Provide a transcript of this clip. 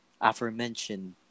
aforementioned